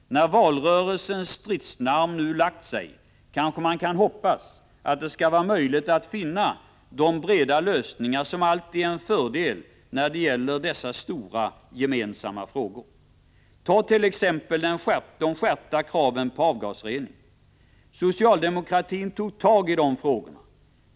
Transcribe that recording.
När valrörelsens stridslarm nu lagt sig kanske man kan hoppas att det skall vara möjligt att finna de breda lösningar som alltid är en fördel när det gäller dessa stora gemensamma frågor. Ta t.ex. de skärpta kraven på avgasrening. Socialdemokratin tog tag i dessa frågor.